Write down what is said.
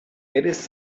it’s